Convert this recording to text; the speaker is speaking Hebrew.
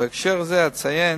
בהקשר זה אציין